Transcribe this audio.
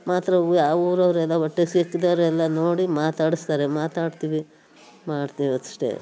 ಮಾತ್ರ ಊ ಯಾ ಊರವರೆಲ್ಲ ಒಟ್ಟಿಗೆ ಸಿಕ್ಕಿದವ್ರೆಲ್ಲ ನೋಡಿ ಮಾತಾಡಿಸ್ತಾರೆ ಮಾತಾಡ್ತೀವಿ ಮಾಡ್ತೀವಷ್ಟೇ